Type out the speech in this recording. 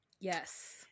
Yes